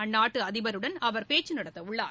அந்நாட்டு அதிபருடன் அவர் பேச்சு நடத்தவுள்ளார்